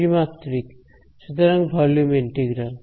ত্রিমাত্রিক সুতরাং volume integral